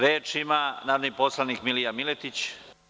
Reč ima narodni poslanik Milija Miletić.